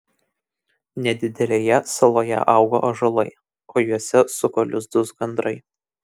nedidelėje saloje augo ąžuolai o juose suko lizdus gandrai